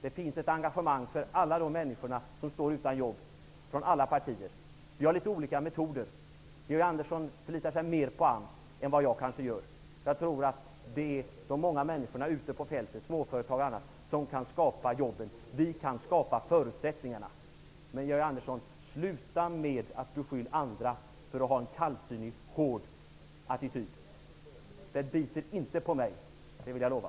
Det finns ett engagemang för alla de människor som står utan jobb från alla partier. Vi har litet olika metoder. Georg Andersson förlitar sig mer på AMS än vad jag kanske gör. Jag tror att det är de många människorna ute på fältet, småföretagarna m.fl., som kan skapa jobben. Vi kan skapa förutsättningarna. Georg Andersson, sluta med att beskylla andra för att ha en kallsinnig och hård attityd. Det biter inte på mig -- det vill jag lova.